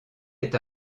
est